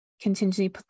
contingency